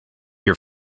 your